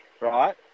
Right